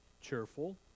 cheerful